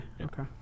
Okay